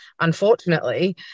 unfortunately